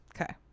okay